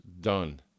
Done